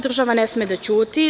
Država ne sme da ćuti.